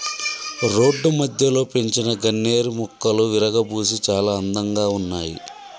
road మధ్యలో పెంచిన గన్నేరు మొక్కలు విరగబూసి చాలా అందంగా ఉన్నాయి